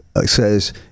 says